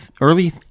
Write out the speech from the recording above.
early